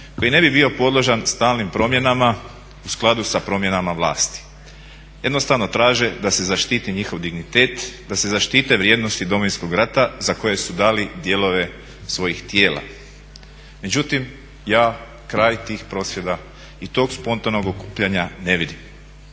koji ne bi bio podložan stalnim promjenama u skladu sa promjenama vlasti. Jednostavno traže da se zaštiti njihov dignitet, da se zaštite vrijednosti Domovinskog rata za koje su dali dijelove svojih tijela. Međutim, ja kraj tih prosvjeda i tog spontanog okupljanja ne vidim.